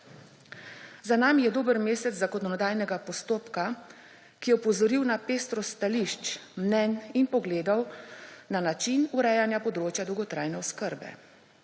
Za nami je dober mesec zakonodajnega postopka, ki je opozoril na pestrost stališč, mnenj in pogledov na način urejanja področja dolgotrajne oskrbe.